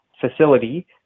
facility